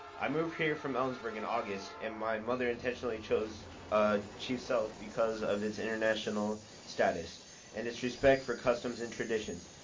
i moved here from ellensburg in august and my mother intentionally chose ah chief sealth because of its international status and its respect for customs and traditions.